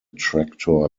tractor